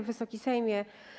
Wysoki Sejmie!